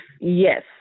yes